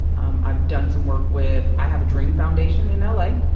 um i'm done some work with i have a dream foundation in ah la.